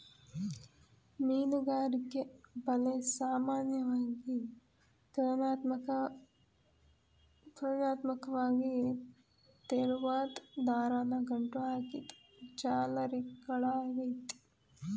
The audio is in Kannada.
ಮೀನುಗಾರಿಕೆ ಬಲೆ ಸಾಮಾನ್ಯವಾಗಿ ತುಲನಾತ್ಮಕ್ವಾಗಿ ತೆಳುವಾದ್ ದಾರನ ಗಂಟು ಹಾಕಿದ್ ಜಾಲರಿಗಳಾಗಯ್ತೆ